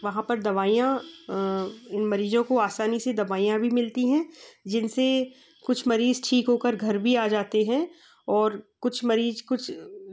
वहाँ पर दवाइयाँ इन मरीज़ों को आसानी से दवाइयाँ भी मिलती है जिन से कुछ मरीज़ ठीक हो कर घर भी आ जाते हैं और कुछ मरीज़ कुछ